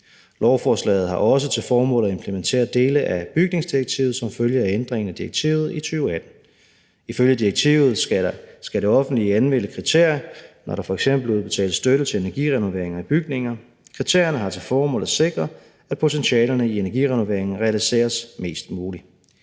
Lovforslaget har også til formål at implementere dele af bygningsdirektivet som følge af ændringen af direktivet i 2018. Ifølge direktivet skal det offentlige anvende kriterier, når der f.eks. udbetales støtte til energirenovering af bygninger. Kriterierne har til formål at sikre, at potentialerne i energirenoveringen realiseres mest muligt.